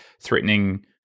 threatening